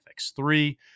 FX3